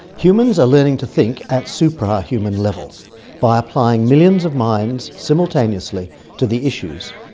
humans are learning to think at supra-human level by applying millions of minds simultaneously to the issues,